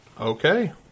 Okay